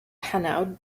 hanaud